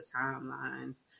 timelines